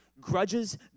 grudges